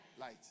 Light